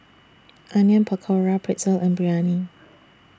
Onion Pakora Pretzel and Biryani